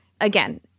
again